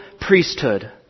priesthood